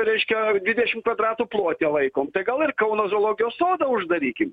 reiškia dvidešim kvadratų plote laikom tai gal ir kauno zoologijos sodą uždarykim